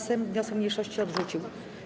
Sejm wniosek mniejszości odrzucił.